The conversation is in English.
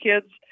kids